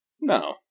No